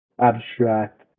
abstract